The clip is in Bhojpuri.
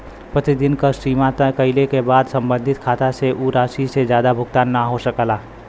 प्रतिदिन क सीमा तय कइले क बाद सम्बंधित खाता से उ राशि से जादा भुगतान न हो सकला